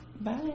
Bye